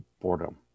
boredom